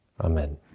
Amen